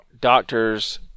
doctors